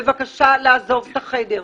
בבקשה לעזוב את החדר.